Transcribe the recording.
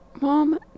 Mom